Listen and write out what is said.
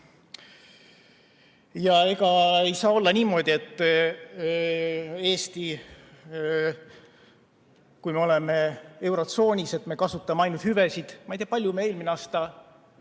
Ega ei saa olla niimoodi, et kui me oleme eurotsoonis, siis me kasutame ainult hüvesid. Ma ei tea, kui palju me eelmine aasta